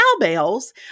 cowbells